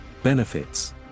Benefits